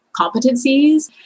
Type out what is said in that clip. competencies